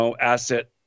asset